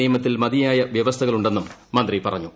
നിയമത്തിൽ മതിയായ വ്യവസ്ഥകളുണ്ടെന്നും മന്ത്രി പറഞ്ഞു